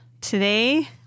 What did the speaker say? Today